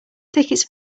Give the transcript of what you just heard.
tickets